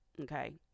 Okay